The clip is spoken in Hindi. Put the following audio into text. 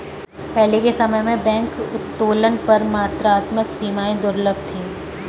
पहले के समय में बैंक उत्तोलन पर मात्रात्मक सीमाएं दुर्लभ थीं